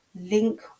link